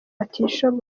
batishoboye